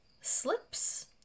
slips